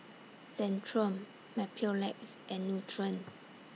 Centrum Mepilex and Nutren